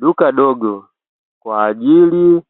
Duka dogo kwa ajili